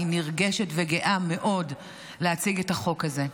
אני נרגשת וגאה מאוד להציג את החוק הזה.